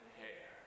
hair